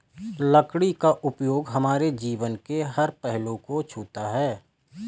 लकड़ी का उपयोग हमारे जीवन के हर पहलू को छूता है